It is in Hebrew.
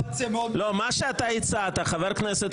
חבר הכנסת